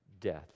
death